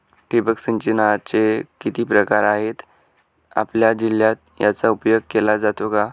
ठिबक सिंचनाचे किती प्रकार आहेत? आपल्या जिल्ह्यात याचा उपयोग केला जातो का?